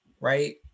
right